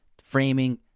framing